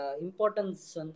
importance